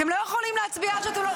אתם לא יכולים להצביע עד שאתם,